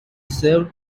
served